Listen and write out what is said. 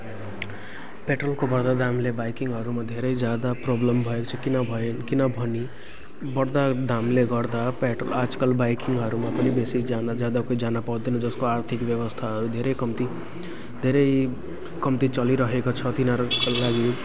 पेट्रोलको बढ्दो दामले बाइकिङहरूमा धेरै ज्यादा प्रब्लम भएको छ किन भए किनभने बढ्दो दामले गर्दा पेट्रोल आजकल बेसीजना ज्यादा कोही जान पाउँदैन जसको आर्थिक व्यवस्थाहरू धेरै कम्ती धेरै कम्ती चलिरहेको छ तिनीहरूको लागि